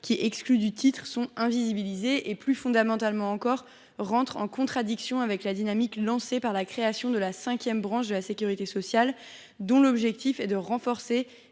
exclues de l’intitulé, sont invisibilisées. Plus fondamentalement, l’intitulé proposé entre en contradiction avec la dynamique lancée par la création de la cinquième branche de la sécurité sociale, dont l’objectif est de renforcer